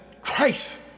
Christ